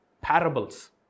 Parables